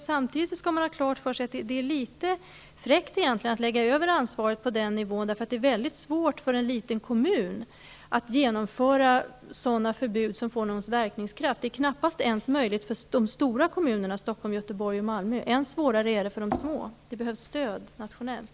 Samtidigt skall man ha klart för sig att det är litet fräckt att lägga över ansvaret på den nivån. Det är svårt för en liten kommun att genomföra förbud som får någon verkningskraft. Det är knappast ens möjligt för de stora kommunerna Stockholm, Göteborg och Malmö. Än svårare är det för de små. Det behövs stöd nationellt.